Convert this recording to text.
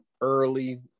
early